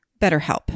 BetterHelp